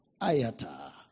Ayata